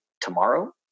tomorrow